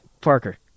Parker